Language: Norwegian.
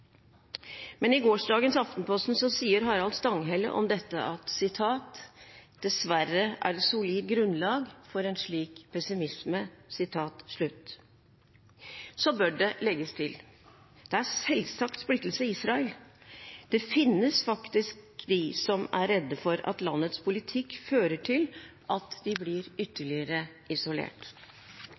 Men i Aftenposten 26. mai sier Harald Stanghelle følgende om dette: «Dessverre er det solid grunnlag for en slik pessimisme.» Så bør det legges til: Det er selvsagt splittelse i Israel. Det finnes faktisk de som er redde for at landets politikk fører til at de blir ytterligere isolert.